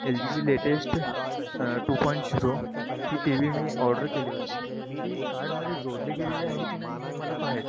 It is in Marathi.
एल जी ची लेटेस्ट टू पॉईंट शिरो ही टी व्ही मी ऑर्डर केली होती ती कार्डमध्ये जोडली गेलेली आहे की नाही हे मला पाहायचंय